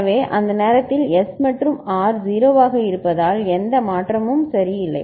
எனவே அந்த நேரத்தில் S மற்றும் R 0 ஆக இருப்பதால் எந்த மாற்றமும் சரியில்லை